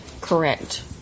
correct